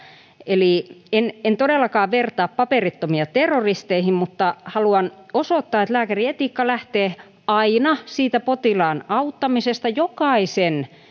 eli en en todellakaan vertaa paperittomia terroristeihin mutta haluan osoittaa että lääkärin etiikka lähtee aina siitä potilaan auttamisesta jokaisen